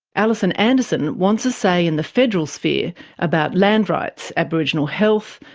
alison anderson wants a say in the federal sphere about land rights, aboriginal health,